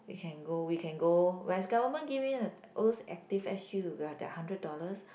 we can go we can go where's government give me those active S_G with the hundred dollars